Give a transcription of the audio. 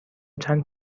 چند